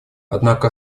однако